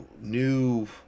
new